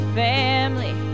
family